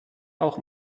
auch